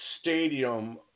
Stadium